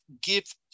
give